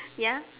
ya